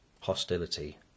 hostility